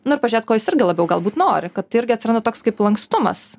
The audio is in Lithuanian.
nu ir pažėt ko jis irgi labiau galbūt nori kad irgi atsiranda toks kaip lankstumas